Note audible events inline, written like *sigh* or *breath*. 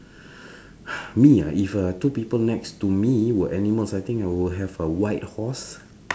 *breath* me ah if uh two people next to me were animals I think I will have a white horse